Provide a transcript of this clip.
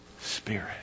Spirit